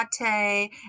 latte